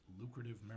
lucrative